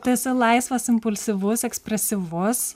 tu esi laisvas impulsyvus ekspresyvus